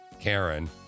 Karen